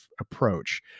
approach